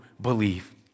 believe